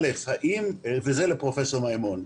וזה לפרופ' מימון.